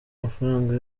amafaranga